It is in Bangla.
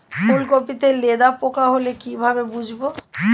ফুলকপিতে লেদা পোকা হলে কি ভাবে বুঝবো?